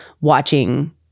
watching